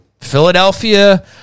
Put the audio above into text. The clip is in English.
Philadelphia